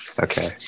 Okay